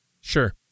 Sure